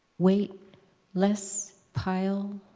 weight less pile,